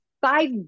five